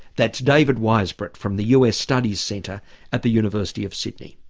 that's david weisbrot from the us studies centre at the university of sydney,